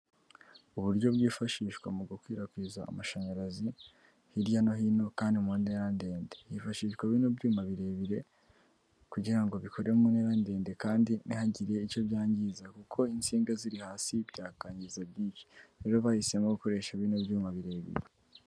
Uburyo bwifashishwa mu gukwirakwiza amashanyarazi hirya no hino kandi mu ntera ndende, hifashishwa bino byuma birebire kugira ngo bikore mu ntera ndende kandi ntihagire icyo byangiza kuko insinga ziri hasi byakangiza byinshij, rero bahisemo gukoresha bino byuma birebire.